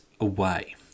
away